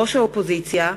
(ראש האופוזיציה),